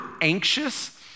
anxious